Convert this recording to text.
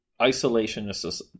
isolationist